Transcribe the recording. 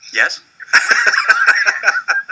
Yes